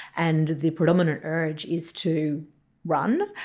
and the predominant urge is to run.